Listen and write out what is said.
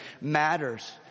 matters